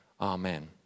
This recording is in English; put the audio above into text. Amen